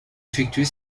effectuer